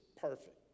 perfect